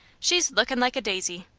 she's lookin' like a daisy.